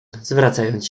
zwracając